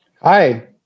Hi